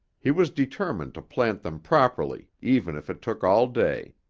he was determined to plant them properly even if it took all day.